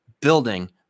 building